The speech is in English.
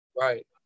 Right